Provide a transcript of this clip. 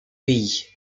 pays